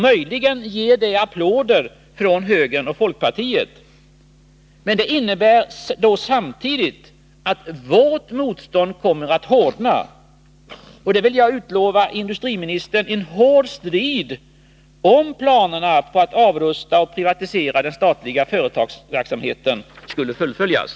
Möjligen ger det applåder från högern och folkpartiet. Men det innebär då samtidigt att vårt motstånd kommer att hårdna. Jag vill lova industriministern en hård strid om planerna på att avrusta och privatisera den statliga företagsamheten skulle fullföljas.